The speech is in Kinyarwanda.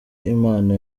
impano